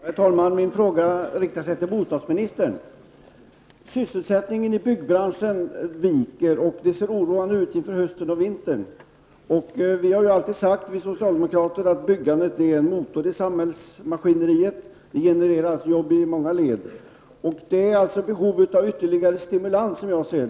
Herr talman! Jag vill rikta en fråga till bostadsministern. Sysselsättningen inom byggbranschen viker, och det ser oroande ut med tanke på hösten och vintern. Vi socialdemokrater har ju alltid sagt att byggandet är en motor i samhällsmaskineriet, för det genererar jobb i många led. Som jag ser saken handlar det om att det behövs ytterligare stimulanser.